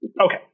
okay